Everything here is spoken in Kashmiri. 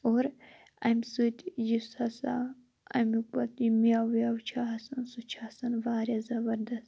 اور اَمہِ سٍتۍ یُس ہَسا اَمیُک پَتہٕ میٚوٕ وِیٚوٕ چھُ آسان سُہ چھُ آسان واریاہ زَبَردَس